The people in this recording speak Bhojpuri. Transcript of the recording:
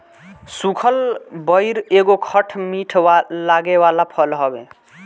सुखल बइर एगो खट मीठ लागे वाला फल हवे